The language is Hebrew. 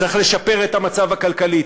צריך לשפר את המצב הכלכלי,